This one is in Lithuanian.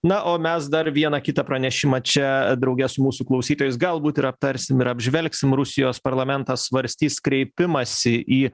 na o mes dar vieną kitą pranešimą čia drauge su mūsų klausytojais galbūt ir aptarsim ir apžvelgsim rusijos parlamentas svarstys kreipimąsi į